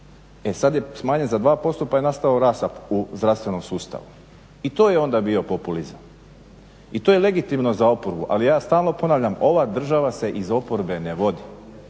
e sad je smanjen za 2% pa je nastao rasap u zdravstvenom sustavu i to je onda bio populizam i to je legitimno za oporbu ali ja stalno ponavljam, ova država se iz oporbe ne vodi